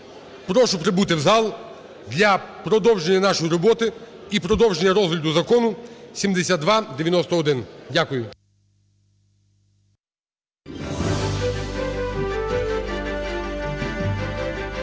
прошу прибути в зал для продовження нашої роботи і продовження розгляду Закону 7291. Дякую.